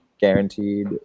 guaranteed